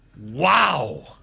Wow